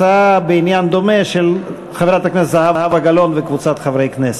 הצעה בעניין דומה של חברת הכנסת זהבה גלאון וקבוצת חברי הכנסת.